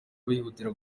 bihutira